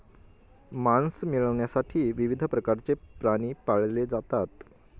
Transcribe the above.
मांस मिळविण्यासाठी विविध प्रकारचे प्राणी पाळले जातात